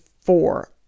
four